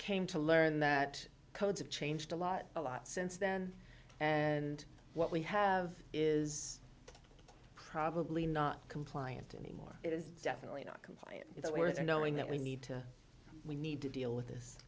came to learn that codes have changed a lot a lot since then and what we have is probably not compliant anymore it is definitely not compliant it's worth knowing that we need to we need to deal with this